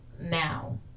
now